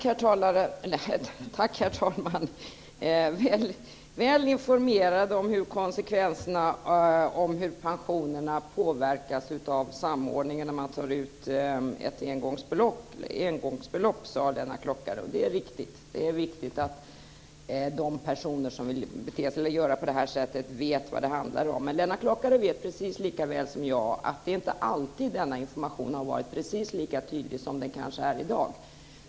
Herr talman! Väl informerad om konsekvenserna, om hur pensionerna påverkas av samordningen om man tar ut ett engångsbelopp, sade Lennart Klockare. Det är riktigt. Det är viktigt att de personer som vill göra på det här sättet vet vad det handlar om. Men Lennart Klockare vet precis lika väl som jag att det inte är alltid denna information har varit precis lika tydlig som den kanske är i dag.